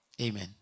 Amen